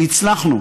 והצלחנו.